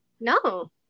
No